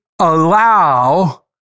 allow